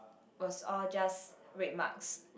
was all just red marks